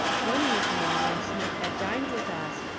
one evening when smith had dined with us,